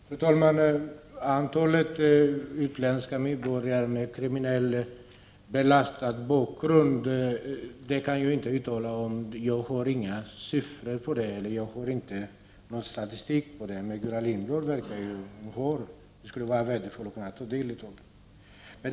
Fru talman! Hur stort antalet utländska medborgare med kriminellt belastad bakgrund är kan jag inte uttala mig om. Jag har ingen statistik i det avseendet. Gullan Lindblad verkar dock ha sådan statistik. Det skulle vara värdefullt att få ta del av den.